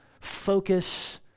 Focus